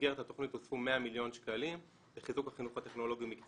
במסגרת התוכנית הוספו 100 מיליון שקלים לחיזוק החינוך הטכנולוגי-מקצועי,